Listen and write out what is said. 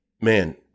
man